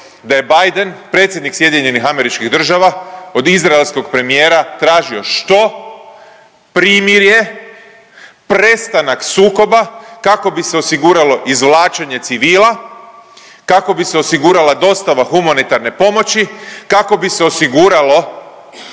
da je Biden, predsjednik SAD-a od izraelskog premijera tražio, što? Primirje, prestanak sukoba kako bi se osiguralo izvlačenje civila, kako bi se osigurala dostava humanitarne pomoći, kako bi se osiguralo